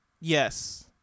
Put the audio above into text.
Yes